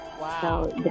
Wow